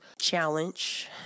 challenge